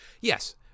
yes